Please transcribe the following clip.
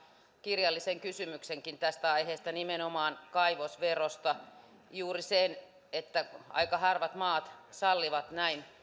kirjallisen kysymyksenkin tästä aiheesta nimenomaan kaivosverosta juuri siitä että aika harvat maat sallivat näin